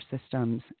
systems